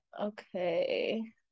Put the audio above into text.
Okay